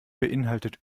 beeinhaltet